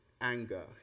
anger